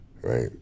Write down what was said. right